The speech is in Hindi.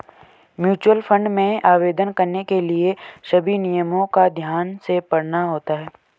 म्यूचुअल फंड में आवेदन करने के लिए सभी नियमों को ध्यान से पढ़ना होता है